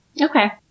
Okay